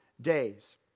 days